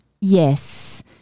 yes